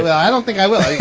i don't think i will.